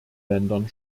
ländern